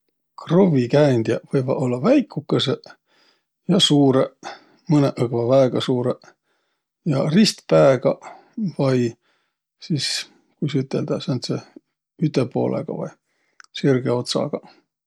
Kruvvikäändjäq võivaq ollaq väikugõsõq ja suurõq, mõnõq õkva väega suurõq. Ja ristpäägaq vai kuis üteldäq sääntseq ütepoolõga vai, sirgõ otsagaq.